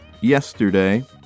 yesterday